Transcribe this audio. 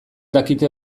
dakite